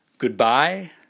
Goodbye